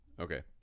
Okay